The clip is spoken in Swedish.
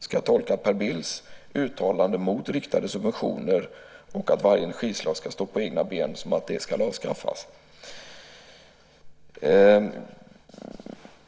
Ska jag tolka Per Bills uttalande mot riktade subventioner och att varje energislag ska stå på egna ben som att det ska avskaffas?